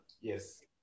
yes